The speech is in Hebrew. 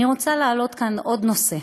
אני רוצה להעלות כאן עוד נושא.